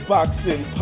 Boxing